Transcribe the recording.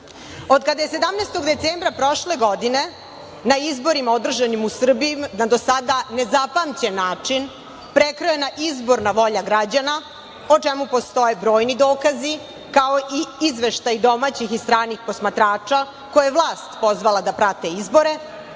kada je 17. decembra prošle godine na izborima održanim u Srbiji, na do sada nezapamćen način, prekrojena izborna volja građana, o čemu postoje brojni dokazi, kao i izveštaji domaćih i stranih posmatrača koje je vlast pozvala da prate izbore,